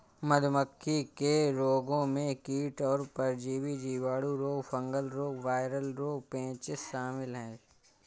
मधुमक्खी के रोगों में कीट और परजीवी, जीवाणु रोग, फंगल रोग, वायरल रोग, पेचिश शामिल है